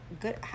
good